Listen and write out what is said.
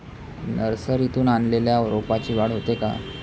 नर्सरीतून आणलेल्या रोपाची वाढ होते का?